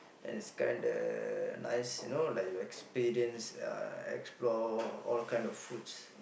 and is kinda nice you know like you experience uh explore all kinds of foods